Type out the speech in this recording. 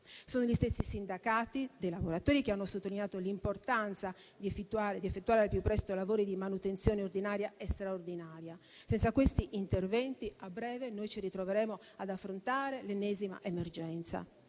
Sono gli stessi sindacati dei lavoratori che hanno sottolineato l'importanza di effettuare al più presto lavori di manutenzione ordinaria e straordinaria. Senza questi interventi a breve noi ci ritroveremo ad affrontare l'ennesima emergenza.